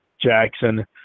Jackson